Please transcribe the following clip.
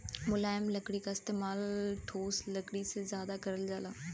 मुलायम लकड़ी क इस्तेमाल ठोस लकड़ी से जादा करल जाला